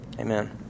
Amen